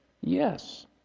yes